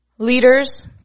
leaders